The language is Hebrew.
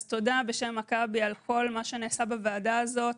אז תודה בשם מכבי על כל מה שנעשה בוועדה הזאת,